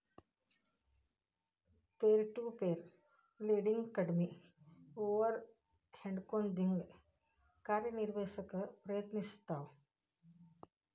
peer to peer lending ಕಡ್ಮಿ ಓವರ್ ಹೆಡ್ನೊಂದಿಗಿ ಕಾರ್ಯನಿರ್ವಹಿಸಕ ಪ್ರಯತ್ನಿಸ್ತವ